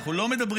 אנחנו לא מדברים,